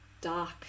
dark